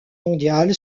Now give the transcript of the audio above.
mondiale